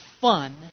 fun